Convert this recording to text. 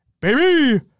baby